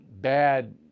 bad